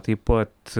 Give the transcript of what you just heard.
taip pat